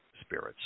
spirits